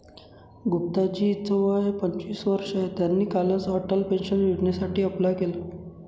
गुप्ता जी च वय पंचवीस वर्ष आहे, त्यांनी कालच अटल पेन्शन योजनेसाठी अप्लाय केलं